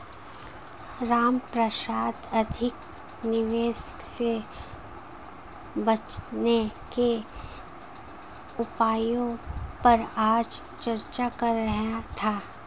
रामप्रसाद अधिक निवेश से बचने के उपायों पर आज चर्चा कर रहा था